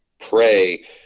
pray